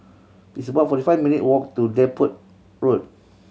it's about forty five minute walk to Deptford Road